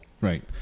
Right